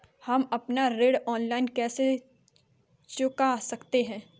हम अपना ऋण ऑनलाइन कैसे चुका सकते हैं?